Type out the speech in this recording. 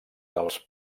dels